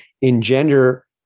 engender